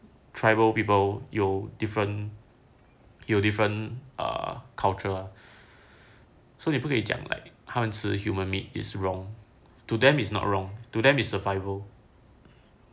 tribal people 有 different 有 different err culture so 你不可以讲 like 他们吃 human meat is wrong to them is not wrong to them is survival